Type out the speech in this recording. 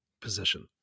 position